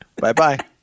Bye-bye